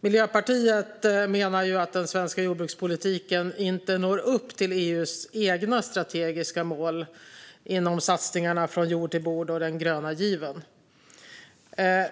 Miljöpartiet menar att den svenska jordbrukspolitiken inte når upp till EU:s egna strategiska mål inom satsningarna Från jord till bord och Europeiska gröna given.